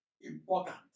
important